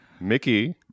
Mickey